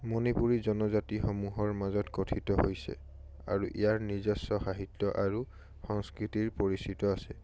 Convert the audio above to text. মণিপুৰী জনজাতিসমূহৰ মাজত কথিত হৈছে আৰু ইয়াৰ নিজস্ব সাহিত্য আৰু সংস্কৃতিৰ পৰিচিত আছে